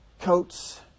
coats